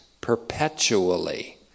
perpetually